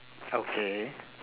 okay